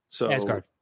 Asgard